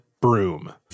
broom